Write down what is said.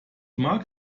mag